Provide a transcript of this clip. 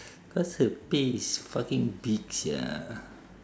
cause her pay is fucking big sia